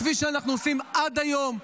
כפי שאנחנו עושים עד היום,